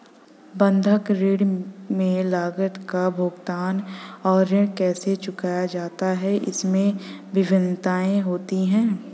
बंधक ऋण में लागत का भुगतान और ऋण कैसे चुकाया जाता है, इसमें भिन्नताएं होती हैं